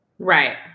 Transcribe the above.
Right